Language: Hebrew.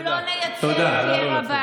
נא לא להפריע.